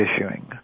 issuing